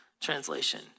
translation